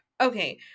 okay